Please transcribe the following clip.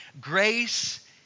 Grace